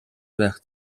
байх